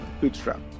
bootstrap